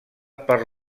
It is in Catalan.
per